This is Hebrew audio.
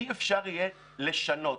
אי אפשר יהיה לשנות,